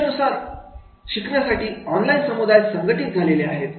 विषयानुसार शिकण्यासाठी ऑनलाइन समुदाय संघटित झालेले आहेत